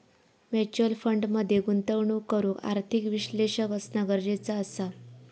mutual fund मध्ये गुंतवणूक करूक आर्थिक विश्लेषक असना गरजेचा असा